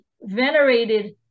venerated